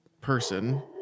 person